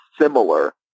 similar